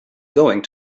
going